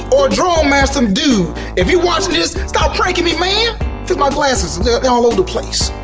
or drone master dude if you watching this, stop pranking me man! fix my glasses, they all over the place.